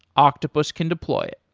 octopus can deploy it.